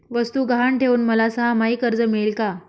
वस्तू गहाण ठेवून मला सहामाही कर्ज मिळेल का?